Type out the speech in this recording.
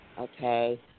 okay